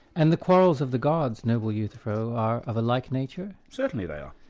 and the quarrels of the gods, noble euthyphro, are of a like nature? certainly they are.